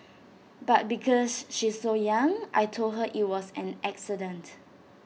but because she's so young I Told her IT was an accident